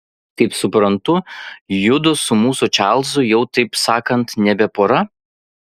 kaip suprantu judu su mūsų čarlzu jau taip sakant nebe pora